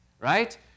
Right